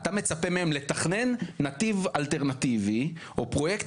אתה מצפה מהם לתכנן נתיב אלטרנטיבי או פרויקט